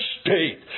state